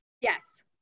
Yes